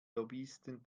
lobbyisten